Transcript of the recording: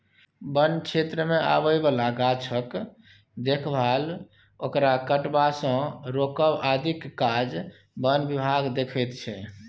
बन क्षेत्रमे आबय बला गाछक देखभाल ओकरा कटबासँ रोकब आदिक काज बन विभाग देखैत छै